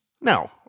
No